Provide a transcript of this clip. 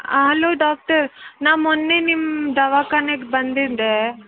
ಆಲೋ doctor ನಾ ಮೊನ್ನೆ ನಿಮ್ಮ ದವಾಖಾನೆಗೆ ಬಂದಿದ್ದೆ